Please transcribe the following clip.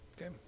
okay